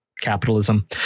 capitalism